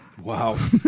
Wow